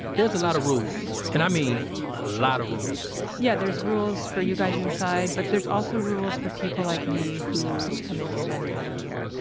there's a lot of rules and i mean a lot of rules yeah. there's rules for you guys inside, but there's also rules for people like me who come in to spend time here.